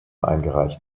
eingereicht